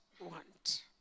want